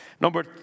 Number